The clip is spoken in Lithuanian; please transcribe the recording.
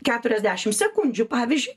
keturiasdešim sekundžių pavyzdžiui